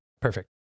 Perfect